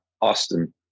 Austin